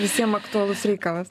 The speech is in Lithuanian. visiem aktualus reikalas